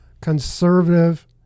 conservative